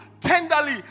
tenderly